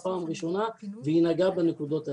פעם ראשונה והיא נגעה בנקודות האלה.